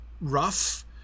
rough